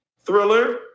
Thriller